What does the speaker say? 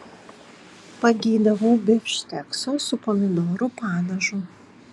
pageidavau bifštekso su pomidorų padažu